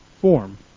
form